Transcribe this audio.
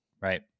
right